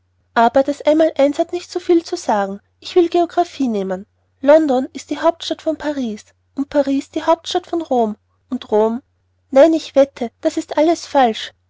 aber das einmaleins hat nicht so viel zu sagen ich will geographie nehmen london ist die hauptstadt von paris und paris ist die hauptstadt von rom und rom nein ich wette das ist alles falsch